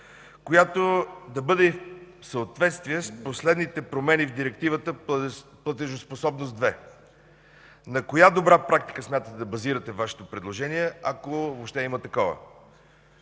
която да бъде в съответствие с последните промени в Директивата „Платежоспособност 2”? На коя добра практика смятате да базирате Вашето предложение, ако въобще има такова?